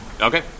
okay